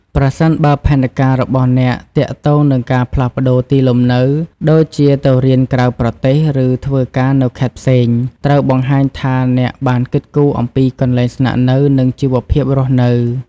ប្រសិនបើផែនការរបស់អ្នកទាក់ទងនឹងការផ្លាស់ប្តូរទីលំនៅ ដូចជាទៅរៀនក្រៅប្រទេស ឬធ្វើការនៅខេត្តផ្សេង ត្រូវបង្ហាញថាអ្នកបានគិតគូរអំពីកន្លែងស្នាក់នៅ និងជីវភាពរស់នៅ។